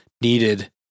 needed